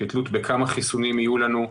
כתלות בכמה חיסונים יהיו לנו,